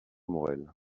maurel